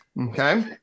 Okay